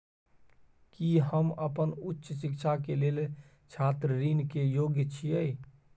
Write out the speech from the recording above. की हम अपन उच्च शिक्षा के लेल छात्र ऋण के योग्य छियै?